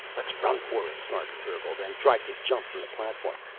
let's run for it, snarbi gurgled and tried to jump from the platform.